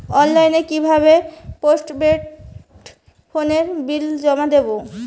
অনলাইনে কি ভাবে পোস্টপেড ফোনের বিল জমা করব?